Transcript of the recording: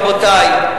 רבותי,